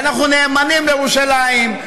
ואנחנו נאמנים לירושלים,